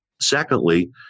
Secondly